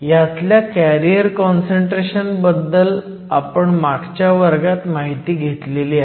ह्यातल्या career concentration बद्दल आपण मागच्या वर्गात माहिती घेतली आहे